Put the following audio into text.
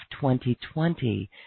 2020